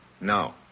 No